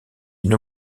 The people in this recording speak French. une